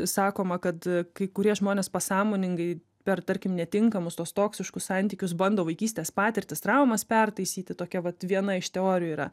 sakoma kad kai kurie žmonės pasąmoningai per tarkim netinkamus tuos toksiškus santykius bando vaikystės patirtis traumas pertaisyti tokia vat viena iš teorijų yra